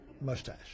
mustache